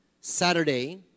Saturday